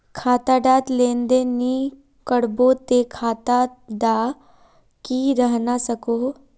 खाता डात लेन देन नि करबो ते खाता दा की रहना सकोहो?